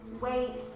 wait